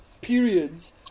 periods